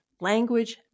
Language